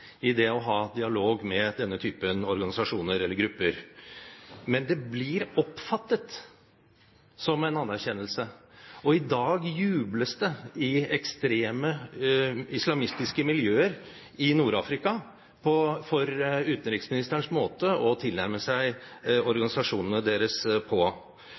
i det å ha dialog med denne typen organisasjoner eller grupper. Men det blir oppfattet som en anerkjennelse. I dag jubles det i ekstreme islamistiske miljøer i Nord-Afrika over utenriksministerens måte å tilnærme seg organisasjonene deres på.